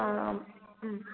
ആ ആ